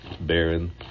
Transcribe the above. Baron